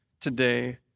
today